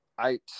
eight